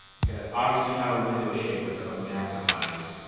okay, that's obviously not a window shade. that's like a maximize.